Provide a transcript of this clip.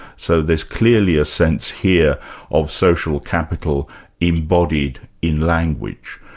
so there's clearly a sense here of social capital embodied in language.